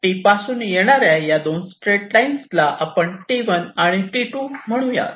T पासून येणाऱ्या या दोन स्ट्रेट लाईन्स ला आपण T1 आणि T2 म्हणूयात